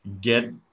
get